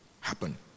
happen